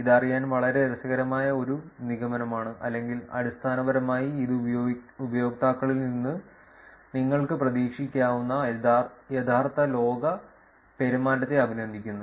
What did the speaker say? ഇത് അറിയാൻ വളരെ രസകരമായ ഒരു നിഗമനമാണ് അല്ലെങ്കിൽ അടിസ്ഥാനപരമായി ഇത് ഉപയോക്താക്കളിൽ നിന്ന് നിങ്ങൾക്ക് പ്രതീക്ഷിക്കാവുന്ന യഥാർത്ഥ ലോക പെരുമാറ്റത്തെ അഭിനന്ദിക്കുന്നു